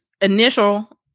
initial